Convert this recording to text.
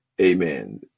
Amen